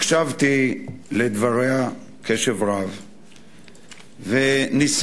הקשבתי לדבריה קשב רב וניסיתי,